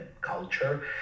culture